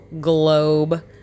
globe